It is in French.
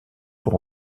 pour